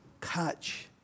catch